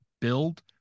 build